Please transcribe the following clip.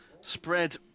spread